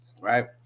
right